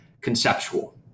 conceptual